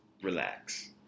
Relax